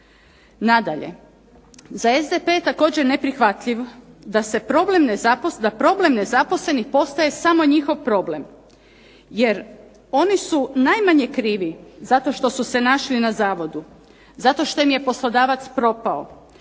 Nadalje, za SDP je također neprihvatljivo da problem nezaposlenih postaje samo njihov problem, jer oni su najmanje krivi zato što su se našli na zavodu, zato što im je poslodavac propao,